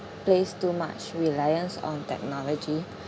place too much reliance on technology